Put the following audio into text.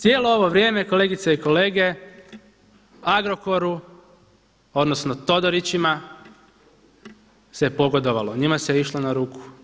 Cijelo ovo vrijeme kolegice i kolege Agrokoru, odnosno Todorićima se pogodovalo, njima se išlo na ruku.